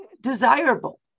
desirable